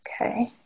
Okay